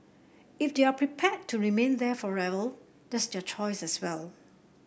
if they are prepared to remain there forever that's their choice as well